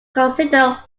consider